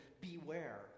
beware